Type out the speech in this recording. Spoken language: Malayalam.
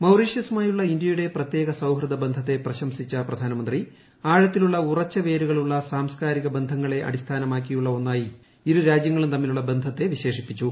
മൌറീഷ്യസുമായുള്ള ഇന്ത്യയുടെ പ്രത്യേക സൌഹൃദ ബന്ധത്തെ പ്രശംസിച്ച പ്രധാനമന്ത്രി ആഴത്തിലുള്ള ഉറച്ച വേരുകളുള്ള സാംസ്കാരിക ബന്ധങ്ങളെ അടിസ്ഥാനമാക്കിയുള്ള ഒന്നായി ഇരു രൃജ്ട്യങ്ങളും തമ്മിലുള്ള ബന്ധത്തെ വിശേഷിപ്പിച്ചു